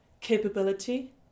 Capability